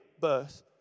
birth